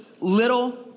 little